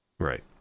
right